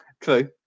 true